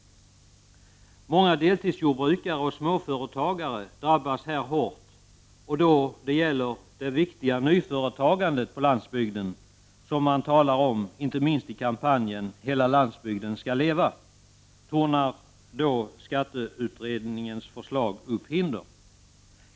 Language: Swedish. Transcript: Många deltidsjordbrukare och småföretagare drabbas här hårt, och då det gäller det viktiga nyföretagandet på landsbygden som man talar m — inte minst i kampanjen ”Hela landsbygden skall leva” — tornar skatteutredningens förslag upp hinder.